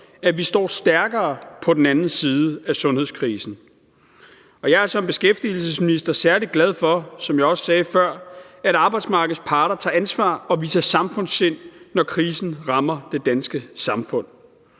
at vi står stærkere på den anden side af sundhedskrisen. Og jeg er som beskæftigelsesminister særlig glad for, som jeg også sagde før, at arbejdsmarkedets parter tager ansvar og viser samfundssind, når krisen rammer det danske samfund.